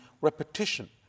repetition